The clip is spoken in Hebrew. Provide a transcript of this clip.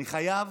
אני חייב